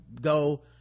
go